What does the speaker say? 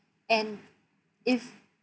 and if